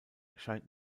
scheint